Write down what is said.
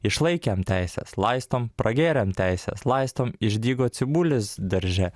išlaikėm teises laistom pragėrėm teises laistom išdygo cibulis darže